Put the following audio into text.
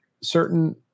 certain